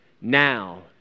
now